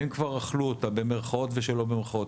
כבר אכלו אותה במירכאות ושלא במירכאות.